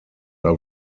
are